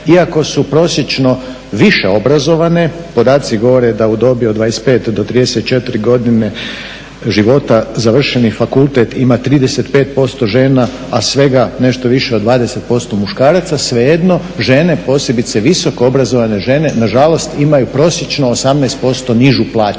iako su prosječno više obrazovane, podaci govore da u dobi od 25 do 34 godine života završeni fakultet ima 35% žena, a svega nešto više od 20% muškaraca. Svejedno žene, posebice visoko obrazovane žene na žalost imaju prosječno 18% nižu plaću